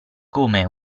come